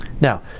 Now